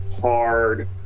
hard